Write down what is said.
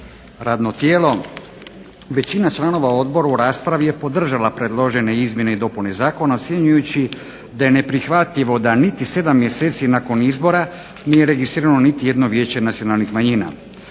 radno tijelo. Većina članova u raspravi je podržala predložene izmjene i dopune Zakona ocjenjujući da je neprihvatljivo da niti 7 mjeseci nakon izbora nije registrirano niti jedno vijeće nacionalnih manjina.